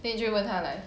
then 你就问他 like